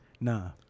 Nah